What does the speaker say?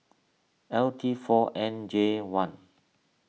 L T four N J one